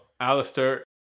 Alistair